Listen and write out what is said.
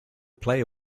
player